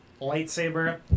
lightsaber